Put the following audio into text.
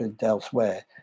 elsewhere